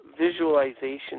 visualization